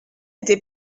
était